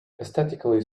aesthetically